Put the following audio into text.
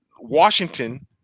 Washington